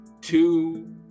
two